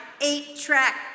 eight-track